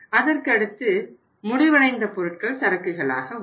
அதற்கு அடுத்து முடிவடைந்த பொருட்கள் சரக்குகளாக உள்ளது